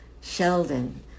Sheldon